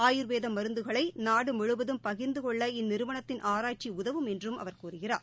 ஆயூர்வேத மருந்துகளை நாடு முழுவதும் பகிர்ந்து கொள்ள இந்நிறுவனத்தின் ஆராய்ச்சி உதவும் என்றும் அவர் கூறுகிறார்